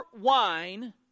wine